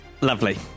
lovely